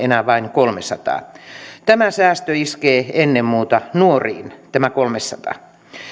enää vain kolmesataa tämä säästö iskee ennen muuta nuoriin tämä kolmesataa